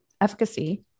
efficacy